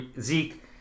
Zeke